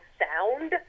sound